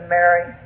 Mary